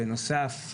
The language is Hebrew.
בנוסף,